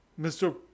mr